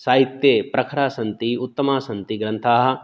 साहित्ये प्रखराः सन्ति उत्तमाः सन्ति ग्रन्थाः